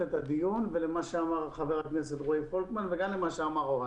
את הדיון ולמה שאמרו רועי כהן ואוהד.